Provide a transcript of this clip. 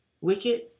wicked